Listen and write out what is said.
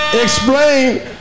explain